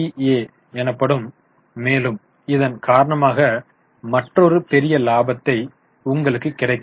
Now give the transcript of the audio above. ஏ எனப்படும் மேலும் இதன் காரணமாக மற்றொரு பெரிய லாபத்தை உங்களுக்கு கிடைக்காது